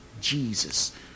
Jesus